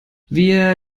wir